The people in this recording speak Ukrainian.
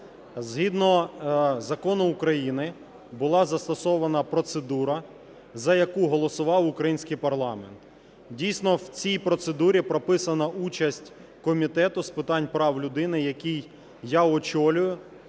Згідно Закону України була застосована процедура, за яку голосував український парламент. Дійсно, в цій процедурі прописана участь Комітету з питань прав людини, який я очолюю.